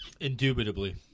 Indubitably